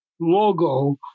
logo